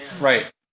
Right